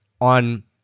on